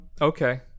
Okay